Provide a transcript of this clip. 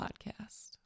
podcast